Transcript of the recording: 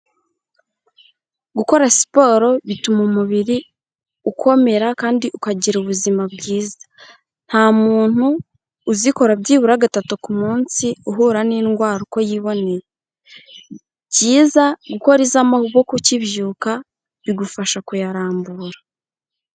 Gukora siporo bituma umubiri ukomera, kandi ukagira ubuzima bwiza. Nta muntu uzikora byibura gatatu ku munsi, uhura n'indwara uko yiboneye. Byiza gukora iz'amabiko ukibyuka, bigufasha kuyarambura.